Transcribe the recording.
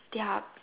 they are